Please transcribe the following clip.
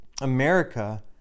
America